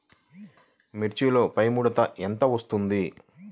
మిర్చిలో పైముడత ఎలా వస్తుంది?